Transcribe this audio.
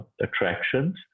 attractions